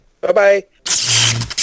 Bye-bye